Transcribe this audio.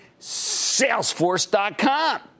Salesforce.com